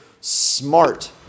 smart